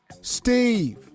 Steve